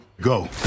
Go